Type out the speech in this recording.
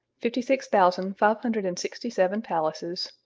fifty six thousand five hundred and sixty seven palaces,